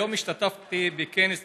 היום השתתפתי בכנס בנושא: